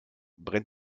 brennt